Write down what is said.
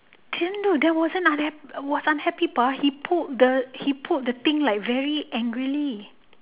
that wasn't unha~ was unhappy but he pulled the he pulled the thing like very angrily